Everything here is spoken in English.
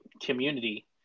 community